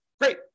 Great